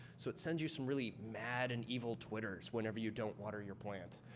so it sends you some really mad and evil twitters whenever you don't water your plant.